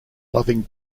loving